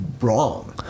wrong